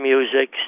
Music